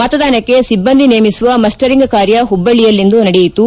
ಮತದಾನಕ್ಕೆ ಸಿಬ್ಬಂದಿ ನೇಮಿಸುವ ಮಸ್ಸರಿಂಗ್ ಕಾರ್ಯ ಹುಬ್ಬಳ್ಳಿಯಲ್ಲಿಂದು ನಡೆಯಿತು